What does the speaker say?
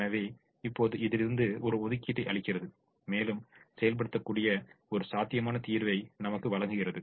எனவே இப்போது இதிலிருந்து ஒரு ஒதுக்கீட்டை அளிக்கிறது மேலும் செயல்படுத்தக்கூடிய ஒரு சாத்தியமான தீர்வை நமக்கு வழங்குகிறது